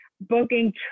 booking